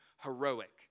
heroic